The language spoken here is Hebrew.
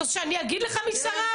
אתה רוצה שאני אגיד לך מי שרף,